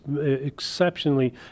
exceptionally